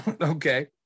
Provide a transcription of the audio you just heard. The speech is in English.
okay